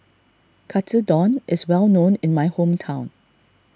Katsudon is well known in my hometown